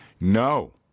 no